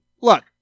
Look